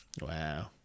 Wow